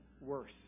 worse